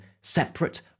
separate